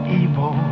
evil